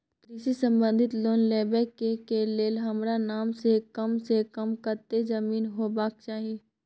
कृषि संबंधी लोन लेबै के के लेल हमरा नाम से कम से कम कत्ते जमीन होबाक चाही?